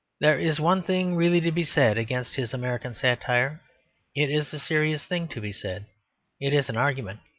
there is one thing really to be said against his american satire it is a serious thing to be said it is an argument,